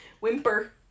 Whimper